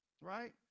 right